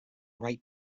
right